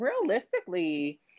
realistically